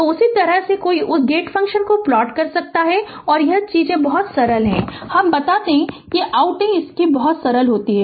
तो इस तरह से कोई उस गेट फंक्शन को प्लॉट कर सकता है और यह चीजें बहुत सरल हैं हम बता दें कि आउटिंग बहुत सरल हैं